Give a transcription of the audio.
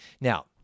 Now